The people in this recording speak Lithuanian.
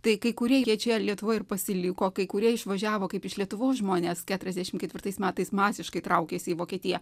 tai kai kurie jie čia lietuvoj ir pasiliko kai kurie išvažiavo kaip iš lietuvos žmonės keturiasdešimt ketvirtais metais masiškai traukėsi į vokietiją